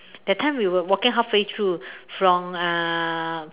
that time we were waling halfway through from uh